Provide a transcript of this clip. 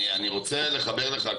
אני רוצה לחבר לך,